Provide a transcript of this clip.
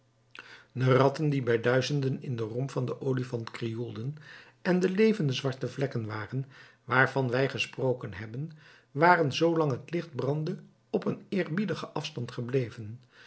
de ratten die bij duizenden in den romp van den olifant krioelden en de levende zwarte vlekken waren waarvan wij gesproken hebben waren zoolang het licht brandde op een eerbiedigen afstand gebleven